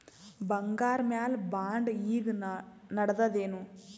ಬಂಗಾರ ಮ್ಯಾಲ ಬಾಂಡ್ ಈಗ ನಡದದೇನು?